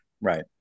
Right